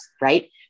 right